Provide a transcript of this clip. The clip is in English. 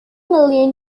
million